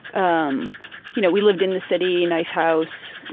um you know, we lived in the city, nice house.